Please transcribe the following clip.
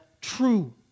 true